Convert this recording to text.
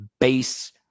base